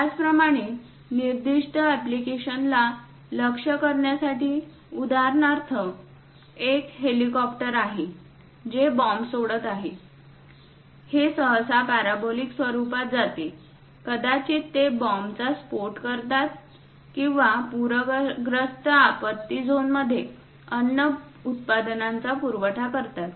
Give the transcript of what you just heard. त्याचप्रमाणे निर्दिष्ट एप्लीकेशनला लक्ष्य करण्यासाठी उदाहरणार्थ एक हेलिकॉप्टर आहे जे बॉम्ब सोडत आहे हे सहसा पॅराबोलिक स्वरूपात जाते कदाचित ते बॉम्बचा स्फोट करतात किंवा पूरग्रस्त आपत्ती झोनमध्ये अन्न उत्पादनांचा पुरवठा करतात